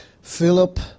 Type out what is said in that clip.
Philip